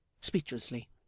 speechlessly